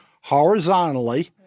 horizontally